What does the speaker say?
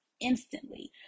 instantly